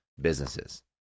businesses